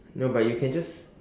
no but you can just